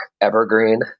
evergreen